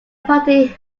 party